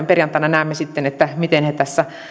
perjantaina näemme sitten miten he tässä